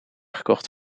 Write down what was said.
gekocht